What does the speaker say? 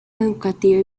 educativa